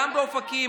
גם באופקים,